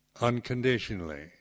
unconditionally